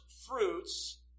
fruits